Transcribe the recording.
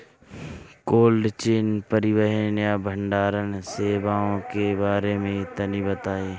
Cold chain परिवहन या भंडारण सेवाओं के बारे में तनी बताई?